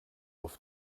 auf